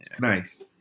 nice